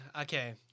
Okay